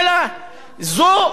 זו גזלת